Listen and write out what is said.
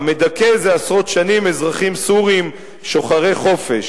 המדכא זה עשרות שנים אזרחים סורים שוחרי חופש.